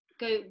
go